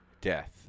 Death